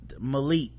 malik